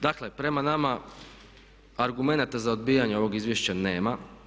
Dakle, prema nama argumenata za odbijanje ovog izvješća nema.